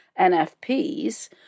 NFPs